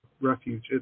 refuge